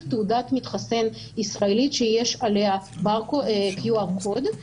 תעודת מתחסן ישראלית שיש עליה QR Code,